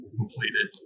completed